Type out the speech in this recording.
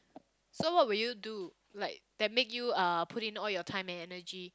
so what will you do like that make you uh put in all your time and energy